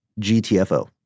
GTFO